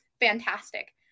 fantastic